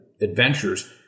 adventures